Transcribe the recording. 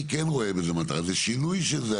אני כן רואה את זה כמטרה, זה שינוי של זה.